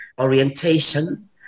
orientation